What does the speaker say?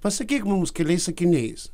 pasakyk mums keliais sakiniais